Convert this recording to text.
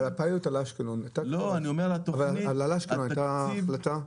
אבל על אשקלון הייתה החלטה?